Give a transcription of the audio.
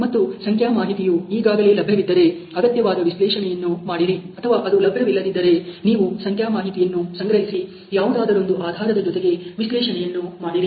ಮತ್ತು ಸಂಖ್ಯಾ ಮಾಹಿತಿಯು ಈಗಾಗಲೇ ಲಭ್ಯವಿದೆರೆ ಅಗತ್ಯವಾದ ವಿಶ್ಲೇಷಣೆಯನ್ನು ಮಾಡಿರಿ ಅಥವಾ ಅದು ಲಭ್ಯವಿಲ್ಲದಿದ್ದರೆ ನೀವು ಸಂಖ್ಯಾ ಮಾಹಿತಿಯನ್ನು ಸಂಗ್ರಹಿಸಿ ಯಾವುದಾದರೊಂದು ಆಧಾರದ ಜೊತೆಗೆ ವಿಶ್ಲೇಷಣೆಯನ್ನು ಮಾಡಿರಿ